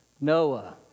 Noah